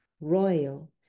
royal